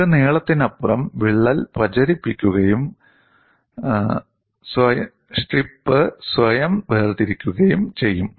ഒരു നീളത്തിനപ്പുറം വിള്ളൽ പ്രചരിപ്പിക്കുകയും സ്ട്രിപ്പ് സ്വയം വേർതിരിക്കുകയും ചെയ്യും